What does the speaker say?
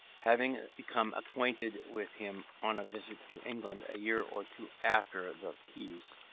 having become acquainted with him on a visit to england a year or two after the peace.